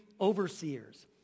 overseers